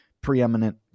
preeminent